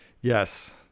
Yes